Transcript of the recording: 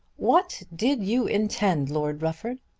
what did you intend, lord rufford?